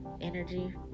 energy